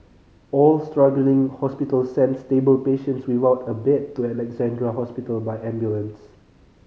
all struggling hospitals sent stable patients without a bed to Alexandra Hospital by ambulance